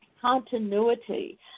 continuity